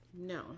no